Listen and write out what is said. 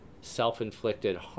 self-inflicted